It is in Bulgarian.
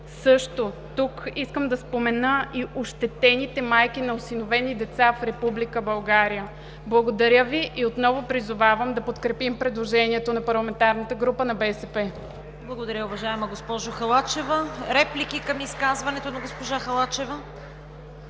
също искам да спомена и ощетените майки на осиновени деца в Република България. Благодаря Ви и отново призовавам да подкрепим предложението на парламентарната група на „БСП за България“. ПРЕДСЕДАТЕЛ ЦВЕТА КАРАЯНЧЕВА: Благодаря, уважаема госпожо Халачева. Реплики към изказването на госпожа Халачева?